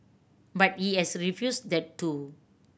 but he has refused that too